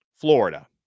Florida